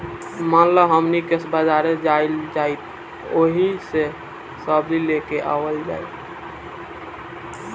मान ल हमनी के बजारे जाइल जाइत ओहिजा से सब्जी लेके आवल जाई